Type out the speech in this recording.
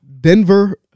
Denver